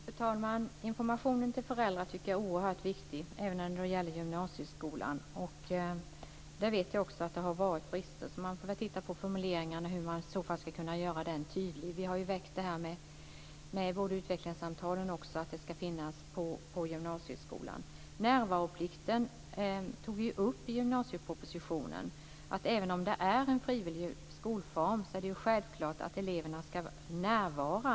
Fru talman! Informationen till föräldrar tycker jag är oerhört viktig även när det gäller gymnasieskolan. Jag vet att det har varit brister där, så man får väl titta på formuleringarna och hur man ska kunna göra den tydlig. Vi har också väckt frågan om att utvecklingssamtalen ska finnas också i gymnasieskolan. Närvaroplikten tog vi ju upp i gymnasiepropositionen, att även om det är fråga om en frivillig skolform är det självklart att eleverna ska närvara.